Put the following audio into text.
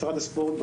משרד הספורט,